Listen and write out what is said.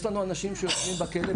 יש לנו אנשים שיושבים בכלא,